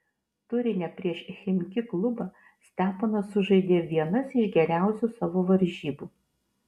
turine prieš chimki klubą steponas sužaidė vienas iš geriausių savo varžybų